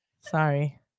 Sorry